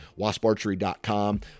wasparchery.com